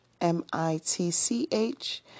M-I-T-C-H